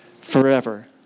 forever